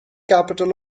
capital